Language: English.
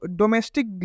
domestic